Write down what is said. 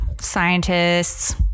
scientists